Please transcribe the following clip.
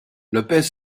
lopez